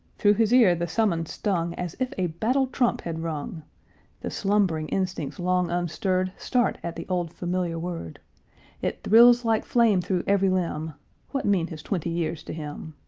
through his ear the summons stung as if a battle-trump had rung the slumbering instincts long unstirred start at the old familiar word it thrills like flame through every limb what mean his twenty years to him?